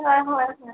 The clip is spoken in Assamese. হয় হয় হয়